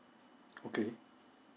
okay